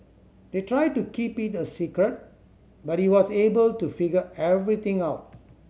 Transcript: they tried to keep it a secret but he was able to figure everything out